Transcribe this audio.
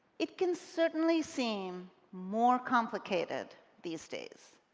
it can certainly seem more complicated these days.